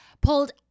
pulled